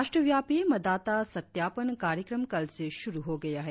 राष्ट्रव्यापी मतदाता सत्यापन कार्यक्रम कल से शुरु हो गया है